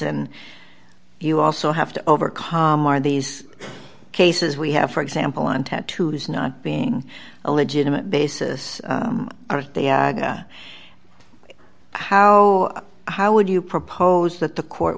and you also have to overcome are these cases we have for example on tattoos not being a legitimate basis or how how would you propose that the court